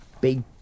big